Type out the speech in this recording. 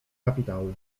kapitału